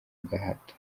gahato